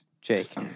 Jake